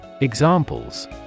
Examples